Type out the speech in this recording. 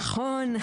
נכון.